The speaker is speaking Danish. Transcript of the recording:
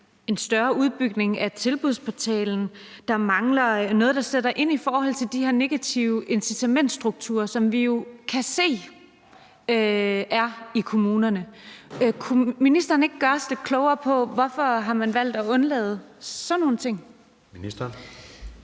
en større udbygning af Tilbudsportalen. Der mangler noget, der sætter ind i forhold til de her negative incitamentsstrukturer, som vi jo kan se er i kommunerne. Kunne ministeren ikke gøre os lidt klogere på, hvorfor man har valgt at undlade sådan nogle ting?